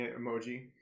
emoji